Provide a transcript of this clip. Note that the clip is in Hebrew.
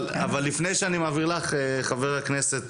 אבל לפני שאני מעביר לך חבר הכנסת